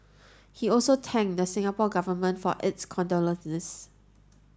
he also thanked the Singapore Government for its condolences